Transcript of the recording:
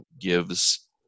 gives